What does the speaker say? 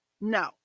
No